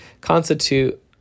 constitute